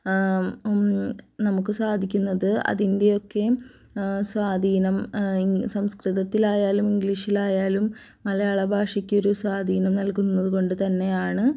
നമുക്ക് സാധിക്കുന്നത് അതിൻ്റെയൊക്കെ സ്വാധീനം ഇങ് സംസ്കൃതത്തിലായാലും ഇംഗ്ലീഷിലായാലും മലയാള ഭാഷയ്ക്കൊരു സ്വാധീനം നൽകുന്നത് കൊണ്ടുതന്നെയാണ്